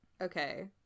Okay